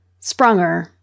Sprunger